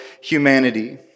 humanity